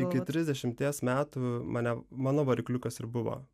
iki trisdešimties metų mane mano varikliukas ir buvo